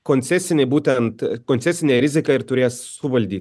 koncesinį būtent koncesinę riziką ir turės suvaldyt